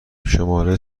شماره